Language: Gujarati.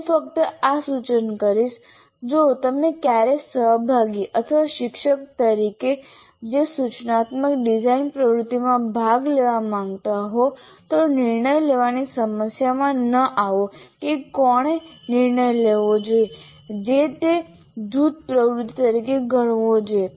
હું ફક્ત આ સૂચન કરીશ જો તમે ક્યારેય સહભાગી અથવા શિક્ષક તરીકે જે સૂચનાત્મક ડિઝાઇન પ્રવૃત્તિમાં ભાગ લેવા માંગતા હો તો નિર્ણય લેવાની સમસ્યામાં ન આવો કે કોણે નિર્ણય લેવો જોઈએ તેને જૂથ પ્રવૃત્તિ તરીકે ગણવો જોઈએ